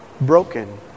broken